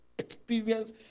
experience